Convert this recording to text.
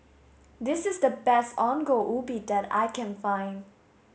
this is the best Ongol Ubi that I can find